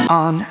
on